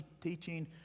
teaching